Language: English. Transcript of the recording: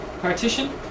partition